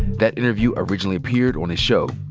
that interview originally appeared on his show,